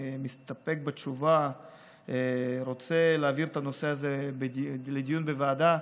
מסתפק בתשובה או רוצה להעביר את הנושא הזה לדיון בוועדה?